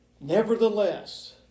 nevertheless